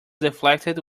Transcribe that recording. deflated